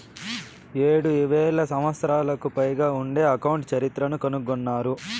ఏడు వేల సంవత్సరాలకు పైగా ఉండే అకౌంట్ చరిత్రను కనుగొన్నారు